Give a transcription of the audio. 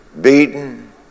beaten